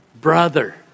brother